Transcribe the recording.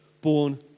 born